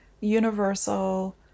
universal